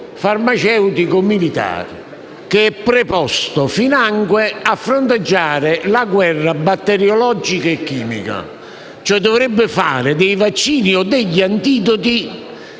farmaceutico militare, che è preposto finanche a fronteggiare la guerra batteriologica e chimica. Esso, cioè, dovrebbe produrre dei vaccini o degli antidoti